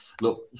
look